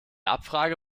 abfrage